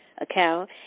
account